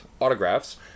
Autographs